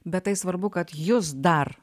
bet tai svarbu kad jus dar